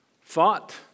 fought